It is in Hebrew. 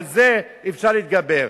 על זה אפשר להתגבר,